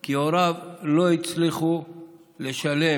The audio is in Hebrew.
כי הוריו לא הצליחו לשלם.